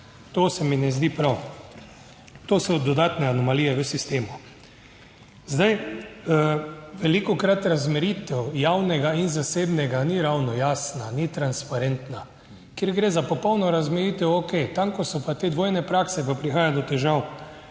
To se mi ne zdi prav. To so dodatne anomalije v sistemu. Zdaj. Velikokrat razmejitev javnega in zasebnega ni ravno jasna, ni transparentna, kjer gre za popolno razmejitev. Okej, tam, ko so pa te dvojne prakse, pa prihaja do težav.